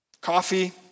coffee